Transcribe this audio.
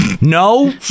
No